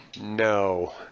No